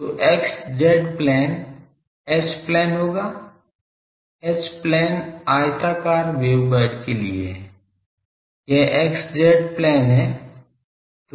तो x z plane H plane होगा H plane आयताकार वेवगाइड के लिए है यह x z प्लेन है